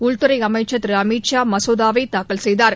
உள்துறை அமைச்சர் திரு அமித் ஷா மசோதாவை தாக்கல் செய்தார்